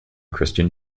christian